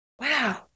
Wow